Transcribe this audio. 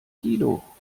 kilo